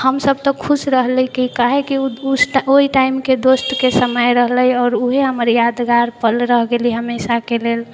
हमसब तऽ खुश रहली कि कियाकि ओहि टाइमके दोस्तके समय रहलै आओर वएह हमर यादगार पल रहि गेलै हमेशाके लेल